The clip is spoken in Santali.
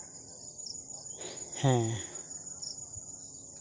ᱦᱮᱸ